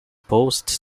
posed